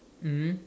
mmhmm